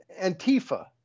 Antifa